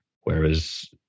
Whereas